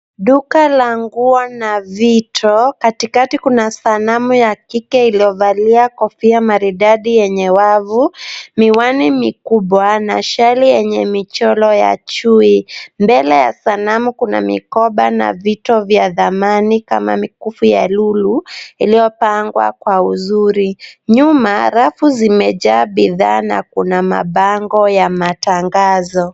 Duka la nguo na vitu. Katikati kuna sanamu ya kike iliyovalia kofia maridadi yenye wavu, miwani mikubwa na shali yenye michoro ya chui. Mbele ya sanamu kuna mikoba na vito vya dhamani kama mikufu ya lulu iliyopangwa kwa uzuri. Nyuma rafu zimejaa bidhaa na kuna mabango ya matangazo.